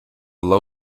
low